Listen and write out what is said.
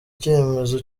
icyemezo